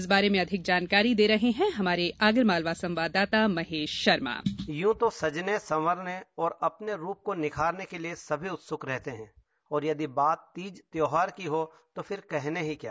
इस बारे में अधिक जानकारी दे रहे हैं हमारे आगरमालवा संवाददाता महेश शर्मा यूँ तो सजने संवरने और अपने रूप को निखारने के लिये सभी उत्सुक रहते है और यदि बात तीज त्यौहार की हो तो फिर कहने ही क्या